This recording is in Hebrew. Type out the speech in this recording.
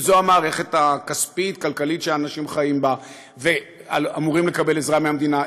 אם זו המערכת הכספית-כלכלית שאנשים חיים בה ואמורים לקבל עזרה מהמדינה,